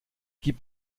gib